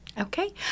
Okay